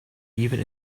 even